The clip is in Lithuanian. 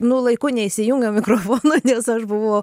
nu laiku neįsijungiau mikrofono nes aš buvau